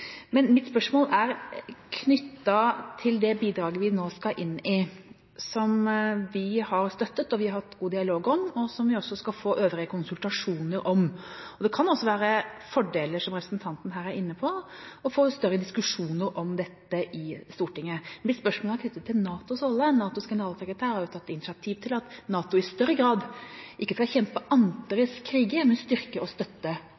Men mitt spørsmål er knyttet til det bidraget vi nå skal inn i, som vi har støttet, og som vi har hatt god dialog om, og som vi også skal få øvrige konsultasjoner om. Det kan også være en fordel, som representanten her var inne på, å få større diskusjoner om dette i Stortinget. Mitt spørsmål er knyttet til NATOs rolle. NATOs generalsekretær har jo tatt initiativ til at NATO i større grad ikke skal kjempe andres kriger, men styrke og støtte